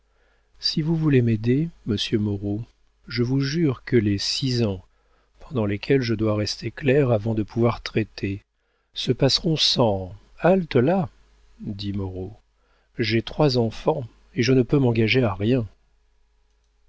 si vous voulez m'aider monsieur moreau je vous jure que les six ans pendant lesquels je dois rester clerc avant de pouvoir traiter se passeront sans halte-là dit moreau j'ai trois enfants et je ne peux m'engager à rien